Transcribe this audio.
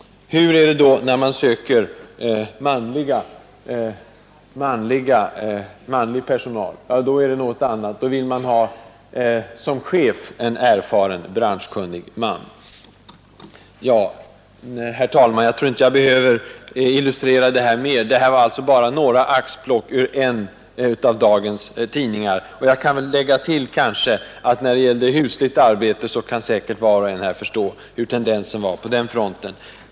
Hur är det då när man söker manlig personal? Då är det andra krav. Man vill t.ex. som chef ha en erfaren, branschkunnig man. Herr talman! Jag tror inte att jag behöver illustrera mer. Det var alltså bara några axplock ur en av dagens tidningar. I fråga om hushållsarbete kan säkert var och en förstå hur tendensen var.